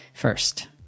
first